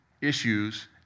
issues